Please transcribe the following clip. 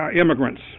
immigrants